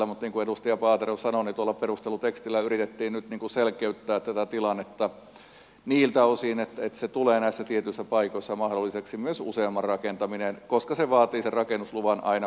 mutta niin kuin edustaja paatero sanoi tuolla perustelutekstillä yritettiin nyt selkeyttää tätä tilannetta niiltä osin että se tulee näissä tietyissä paikoissa mahdolliseksi myös useamman rakentaminen koska se vaatii sen rakennusluvan aina per yksikkö